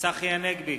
צחי הנגבי,